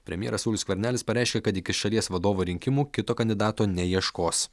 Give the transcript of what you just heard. premjeras saulius skvernelis pareiškė kad iki šalies vadovo rinkimų kito kandidato neieškos